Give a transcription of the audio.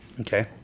Okay